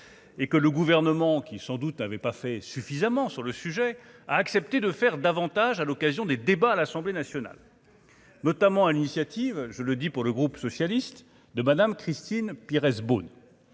et que le gouvernement, qui sans doute n'avait pas fait suffisamment sur le sujet, a accepté de faire davantage, à l'occasion des débats à l'Assemblée nationale. Leur pays. Notamment à l'initiative, je le dis pour le groupe socialiste de Madame Christine Pires Beaune